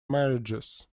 marriages